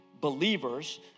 believers